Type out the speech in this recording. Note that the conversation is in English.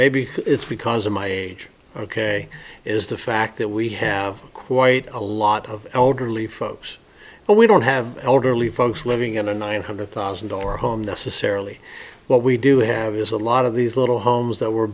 maybe it's because of my age ok is the fact that we have quite a lot of elderly folks but we don't have elderly folks living in a nine hundred thousand dollar home necessarily what we do have is a lot of these little homes that were